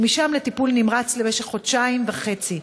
ומשם לטיפול נמרץ למשך חודשיים וחצי.